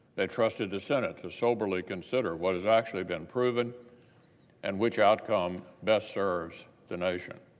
they trusted the senate to soberly consider what has actually been proven and which outcome best serves the nation.